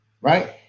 right